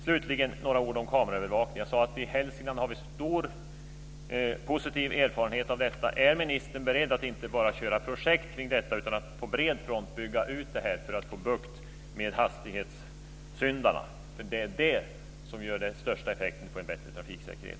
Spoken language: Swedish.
Slutligen vill jag säga några ord om kameraövervakning. Jag sade att vi i Hälsingland har stor positiv erfarenhet av detta. Är ministern beredd att inte bara köra projekt kring detta utan att också på bred front bygga ut det för att få bukt med hastighetssyndarna? Det är det som ger den största effekten för en bättre trafiksäkerhet.